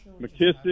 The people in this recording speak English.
McKissick